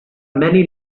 many